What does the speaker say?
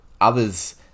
Others